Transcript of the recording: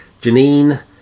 Janine